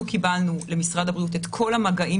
אנחנו קיבלנו למשרד הבריאות את כל המגעים